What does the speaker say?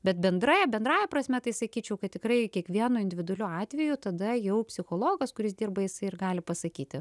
bet bendrąja bendrąja prasme tai sakyčiau kad tikrai kiekvienu individualiu atveju tada jau psichologas kuris dirba jisai ir gali pasakyti